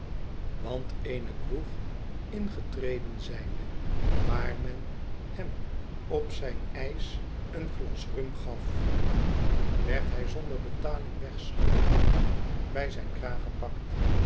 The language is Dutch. want eene kroeg ingetreden zijnde waar men hem op zijn eisch een glas rum gaf werd hij zonder betaling wegsluipende bij zijn kraag gepakt